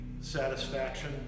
satisfaction